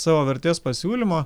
savo vertės pasiūlymo